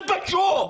תתביישו.